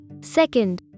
Second